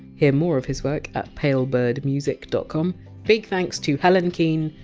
hear more of his work at palebirdmusic dot com big thanks to helen keen,